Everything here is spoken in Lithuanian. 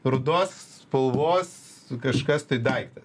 rudos spalvos kažkas tai daikta